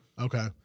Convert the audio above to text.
Okay